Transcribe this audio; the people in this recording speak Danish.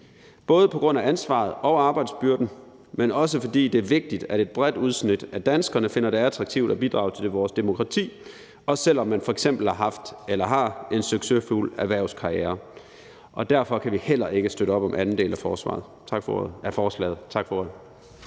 både på grund af ansvaret og arbejdsbyrden, men også fordi det er vigtigt, at et bredt udsnit af danskerne finder det attraktivt at bidrage til vores demokrati, også selv om man f.eks. har haft eller har en succesfuld erhvervskarriere. Og derfor kan vi heller ikke støtte op om anden del af forslaget.